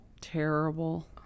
Terrible